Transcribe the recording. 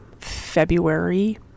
February